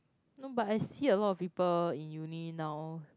no but I see lot of people in Uni now